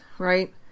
Right